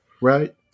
Right